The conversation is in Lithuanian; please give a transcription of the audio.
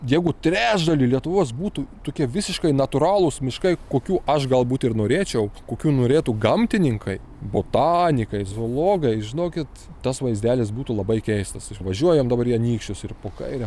jeigu trečdaly lietuvos būtų tokie visiškai natūralūs miškai kokių aš galbūt ir norėčiau kokių norėtų gamtininkai botanikai zoologai žinokit tas vaizdelis būtų labai keistas išvažiuojam dabar į anykščius ir po kaire